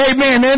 Amen